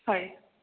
হয়